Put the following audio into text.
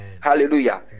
hallelujah